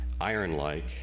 iron-like